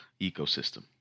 ecosystem